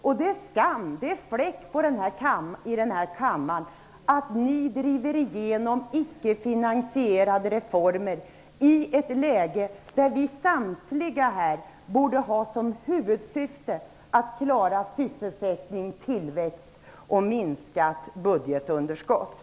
Det är skam och fläck på den här kammaren att ni driver igenom icke finansierade reformer i ett läge där samtliga här borde ha som huvudsyfte att klara sysselsättning, tillväxt och minskning av budgetunderskottet.